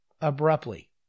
Abruptly